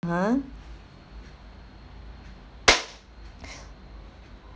ha